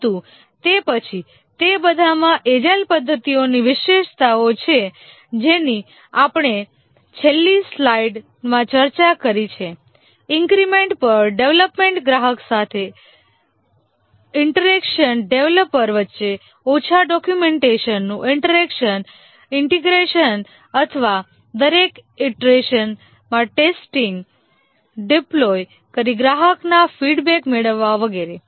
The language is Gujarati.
પરંતુ તે પછી તે બધામાં એજાઇલ પધ્ધતિઓની વિશેષતાઓ છે જેની આપણે છેલ્લી સ્લાઈડમાં ચર્ચા કરી છે ઈન્ક્રિમેન્ટ પર ડેવલપમેન્ટ ગ્રાહક સાથે ઈન્ટરેકશન ડેવલપર વચ્ચે ઓછા ડોક્યુમેન્ટેશનનું ઈન્ટરેકશન ઇન્ટિગ્રેશન અથવા દરેક ઇટરેશનમાં ટેસ્ટિંગ ડિપ્લોય કરી ગ્રાહકના ફીડબેક મેળવવા વગેરે